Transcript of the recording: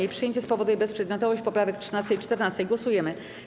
Jej przyjęcie spowoduje bezprzedmiotowość poprawek 13. i 14. Głosujemy.